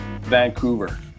Vancouver